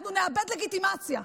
אנחנו נאבד לגיטימציה.